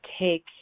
take